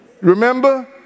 Remember